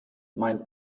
mein